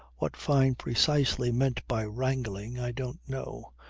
what fyne precisely meant by wrangling i don't know,